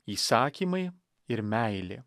įsakymai ir meilė